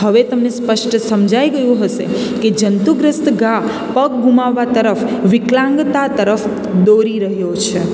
હવે તમને સ્પષ્ટ સમજાઈ ગયું હશે કે જંતુગ્રસ્ત ઘા પગ ગુમાવવા તરફ વિકલાંગતા તરફ દોરી રહ્યો છે